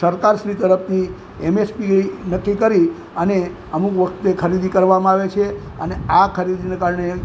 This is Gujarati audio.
સરકારશ્રી તરફથી એમએસપી નક્કી કરી અને અમુક વખતે ખરીદી કરવામાં આવે છે અને આ ખરીદીને કારણે